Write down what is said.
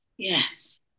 Yes